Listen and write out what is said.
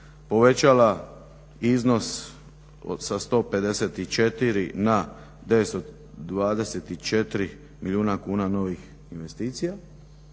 povećala iznos sa 154 na 924 milijuna kuna novih investicija.